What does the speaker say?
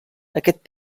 aquest